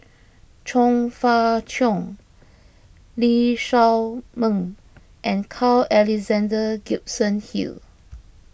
Chong Fah Cheong Lee Shao Meng and Carl Alexander Gibson Hill